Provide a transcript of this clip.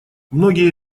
многие